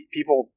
People